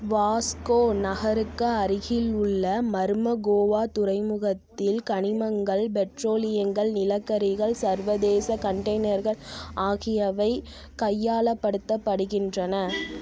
வாஸ்கோ நகருக்கு அருகிலுள்ள மர்மகோவா துறைமுகத்தில் கனிமங்கள் பெட்ரோலியங்கள் நிலக்கரிகள் சர்வதேச கண்டெய்னர்கள் ஆகியவை கையாளப்படுத்தபடுகின்றன